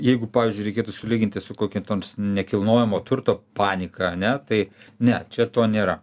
jeigu pavyzdžiui reikėtų sulyginti su kokia nors nekilnojamo turto panika ane tai ne čia to nėra